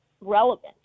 relevant